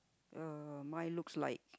uh mine looks like